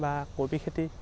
বা কবি খেতি